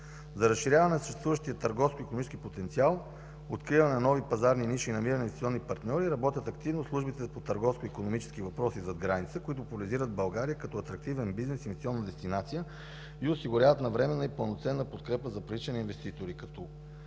За разширяване на съществуващия търговско-икономически потенциал, откриване на нови пазарни ниши и намиране на инвестиционни партньори работят активно службите за търговско-икономически въпроси зад граница, които популяризират България като атрактивен бизнес и инвестиционна дестинация и осигуряват навременна и пълноценна подкрепа за привличане на инвеститори. Като